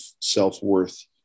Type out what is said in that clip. self-worth